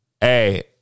hey